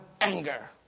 anger